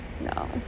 No